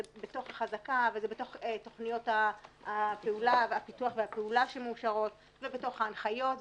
זה בתוך החזקה וזה בתוך תוכניות הפיתוח והפעולה שמאושרות ובתוך ההנחיות.